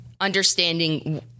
Understanding